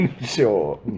Sure